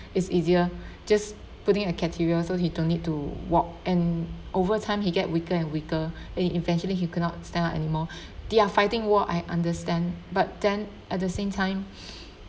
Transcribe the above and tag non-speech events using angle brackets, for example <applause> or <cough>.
it's easier just putting a catheter so he don't need to walk and over time he get weaker and weaker and eventually he cannot stand up anymore <breath> there are fighting war I understand but then at the same time